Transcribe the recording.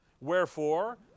Wherefore